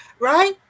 Right